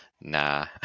nah